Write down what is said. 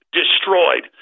destroyed